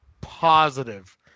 positive